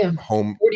home